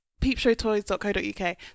peepshowtoys.co.uk